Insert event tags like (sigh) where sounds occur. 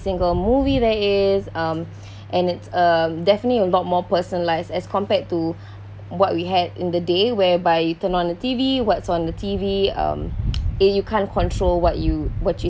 single movie there is um (breath) and it's um definitely a lot more personalized as compared to (breath) what we had in the day whereby you turn on the T_V what's on the T_V um and you can't control what you what you